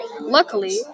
Luckily